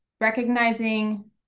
recognizing